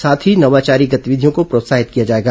साथ ही नवाचारी गतिविधियों को प्रोत्साहित किया जाएगा